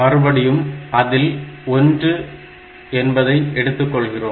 மறுபடியும் அதில் 1 என்பதை எடுத்துக் கொள்கிறோம்